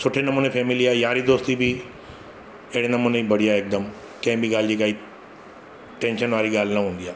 सुठे नमूने फैमिली आहे यारी दोस्ती बि अहिड़े नमूने ई बढ़िया हिकदमि कंहिं बि ॻाल्हि जी काई टैंशन वारी ॻाल्हि न हूंदी आहे